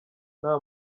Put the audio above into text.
nta